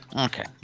okay